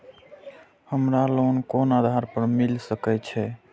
हमरा लोन कोन आधार पर मिल सके छे?